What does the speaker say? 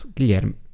Guilherme